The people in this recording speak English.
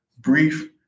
brief